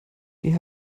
die